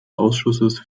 ausschusses